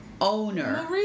owner